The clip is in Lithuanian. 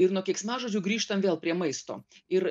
ir nuo keiksmažodžių grįžtam vėl prie maisto ir